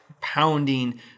pounding